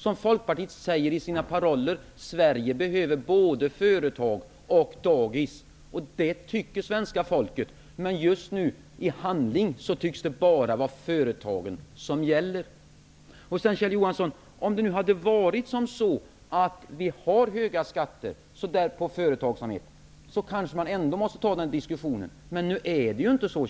Som Folkpartiet säger i sina paroller: Sverige behöver både företag och dagis. Det tycker svenska folket. Men just nu tycks det bara vara företagen som gäller i handling. Om det nu hade varit så att vi hade haft höga skatter på företagsamheten kanske man ändå skulle ha varit tvungen att ta den diskussionen, men nu är det ju inte så,